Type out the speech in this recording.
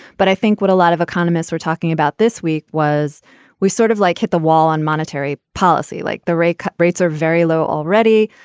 but i think what a lot of economists are talking about this week was we sort of like hit the wall on monetary policy, like the rate cut rates are very low already.